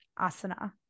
asana